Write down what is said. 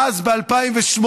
אז, ב-2008,